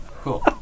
cool